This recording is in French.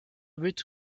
but